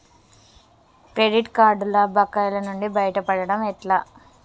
Credit కార్డుల బకాయిల నుండి బయటపడటం ఎట్లా?